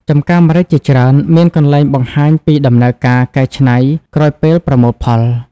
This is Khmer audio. ចម្ការម្រេចជាច្រើនមានកន្លែងបង្ហាញពីដំណើរការកែច្នៃក្រោយពេលប្រមូលផល ។